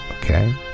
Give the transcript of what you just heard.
Okay